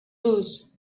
loose